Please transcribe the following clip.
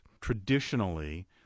traditionally